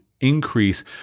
increase